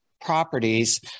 properties